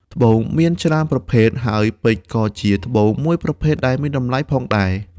ត្បូងមានច្រើនប្រភេទហើយពេជ្រក៏ជាត្បូងមួយប្រភេទដែលមានតម្លៃផងដែរ។